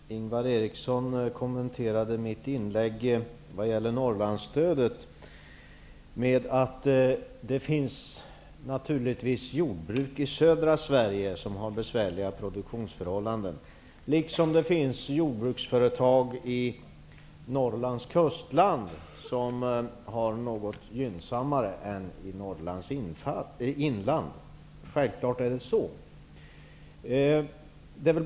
Fru talman! Ingvar Eriksson kommenterade mitt inlägg vad gäller Norrlandsstödet med att det finns jordbruk också i södra Sverige som har besvärliga produktionsförhållanden, liksom det finns jordbruk i Norrlands kustland som har det något gynnsammare än i Norrlands inland. Självklart är det så.